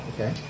Okay